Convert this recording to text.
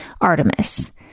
Artemis